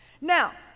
Now